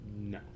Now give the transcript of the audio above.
No